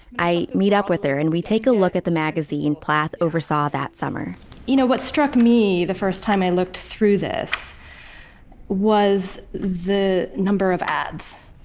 i meet up with her and we take a look at the magazine plath oversaw that summer you know what struck me the first time i looked through this was the number of ads.